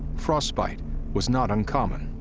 frostbite was not uncommon,